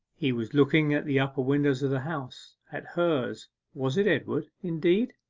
he was looking at the upper windows of the house at hers was it edward, indeed?